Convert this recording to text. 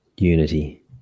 unity